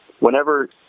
Whenever